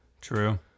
True